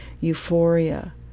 euphoria